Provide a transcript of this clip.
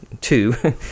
two